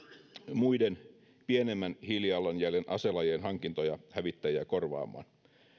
muiden pienemmän hiilijalanjäljen aselajien hankintoja hävittäjiä korvaamaan